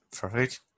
perfect